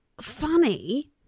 funny